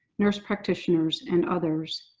nurse practitioners, and others.